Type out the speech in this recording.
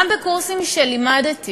גם בקורסים שלימדתי